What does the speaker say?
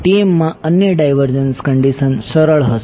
TM માં અન્ય divergence condition સરળ હશે